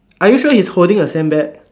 are you sure he's holding a sandbag